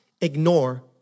ignore